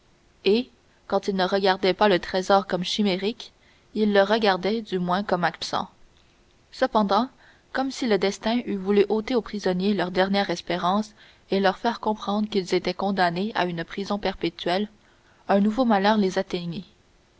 et quand il ne regardait pas le trésor comme chimérique il le regardait du moins comme absent cependant comme si le destin eût voulu ôter aux prisonniers leur dernière espérance et leur faire comprendre qu'ils étaient condamnés à une prison perpétuelle un nouveau malheur les atteignit